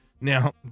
Now